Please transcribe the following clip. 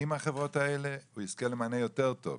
עם החברות האלה הוא יזכה למענה טוב יותר.